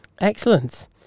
Excellent